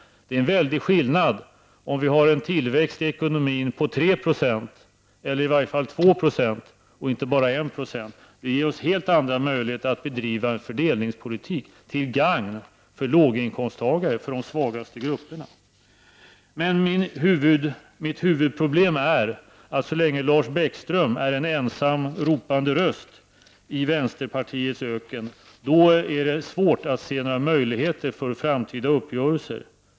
Det är en väldig skillnad om vi har en tillväxt i ekonomin på 3 90 eller i varje fall 2 90 och inte bara 196. Det ger oss helt andra möjligheter att bedriva fördelningspolitik till gagn för låginkomsttagare, för de svagaste grupperna. Mitt huvudproblem är att så länge Lars Bäckström är en ensam ropande röst i vänsterpartiets öken, är det svårt att se några möjligheter för framtida uppgörelser.